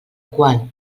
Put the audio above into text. qual